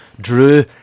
drew